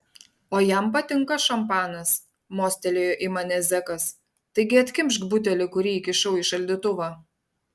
o jam patinka šampanas mostelėjo į mane zekas taigi atkimšk butelį kurį įkišau į šaldytuvą